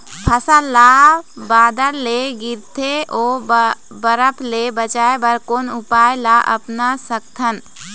फसल ला बादर ले गिरथे ओ बरफ ले बचाए बर कोन उपाय ला अपना सकथन?